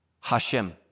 Hashem